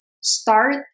start